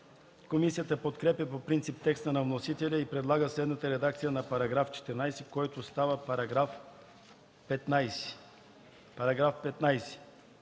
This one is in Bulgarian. Комисията подкрепя по принцип текста на вносителя и предлага следната редакция на § 14, който става § 15: